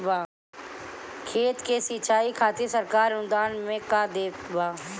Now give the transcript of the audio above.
खेत के सिचाई खातिर सरकार अनुदान में का देत बा?